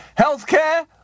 healthcare